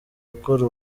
gukora